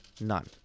None